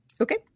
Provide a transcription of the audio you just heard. Okay